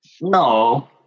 No